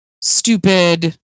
stupid